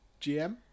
GM